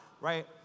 right